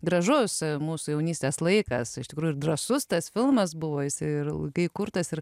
gražus mūsų jaunystės laikas iš tikrųjų ir drąsus tas filmas buvo ir kai kurtas ir